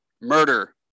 murder